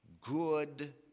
good